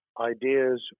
ideas